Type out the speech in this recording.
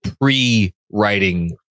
pre-writing